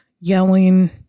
yelling